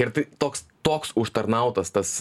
ir tai toks toks užtarnautas tas